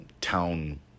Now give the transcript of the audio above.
town